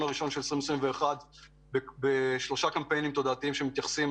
הראשון של 2021 בשלושה קמפיינים תודעתיים שמתייחסים